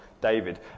David